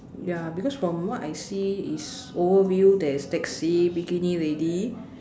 ya because from what I see is overview there's taxi bikini lady